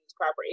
proper